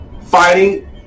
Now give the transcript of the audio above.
fighting